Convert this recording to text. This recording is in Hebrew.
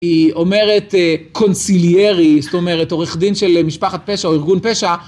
היא אומרת קונסיליארי, זאת אומרת עורך דין של משפחת פשע או ארגון פשע.